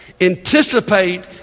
Anticipate